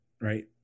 right